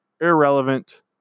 irrelevant